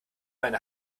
meine